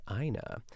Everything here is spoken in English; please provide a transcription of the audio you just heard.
Ina